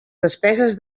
despeses